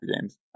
Games